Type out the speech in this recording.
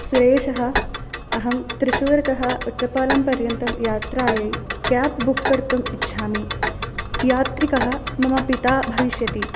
सुरेशः अहं त्रिशूरतः ओट्टपालं पर्यन्तं यात्रायै केब् बुक् कर्तुम् इच्छामि यात्रिकः मम पिता भविष्यति